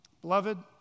Beloved